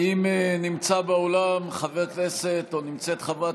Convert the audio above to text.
האם נמצא באולם חבר כנסת או נמצאת חברת